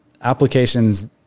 applications